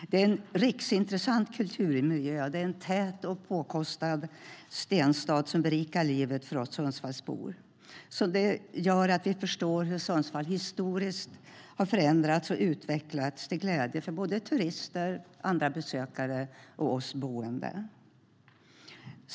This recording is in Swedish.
Det är en riksintressant kulturmiljö, en tät och påkostad stenstad, som berikar livet för oss Sundsvallsbor, som gör att vi förstår hur Sundsvall historiskt har förändrats och utvecklats, till glädje för turister, andra besökare och oss boende.